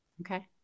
Okay